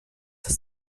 das